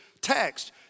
text